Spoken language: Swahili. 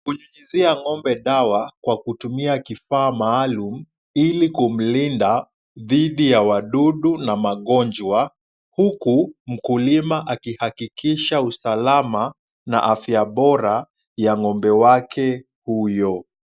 Kunyunyizia ng'ombe dawa kwa kutumia kifaa maalum, ili kumlinda dhidi ya wadudu na magonjwa, huku mkulima akihakikisha usalama na afya bora ya ng'ombe wake huyo.